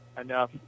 enough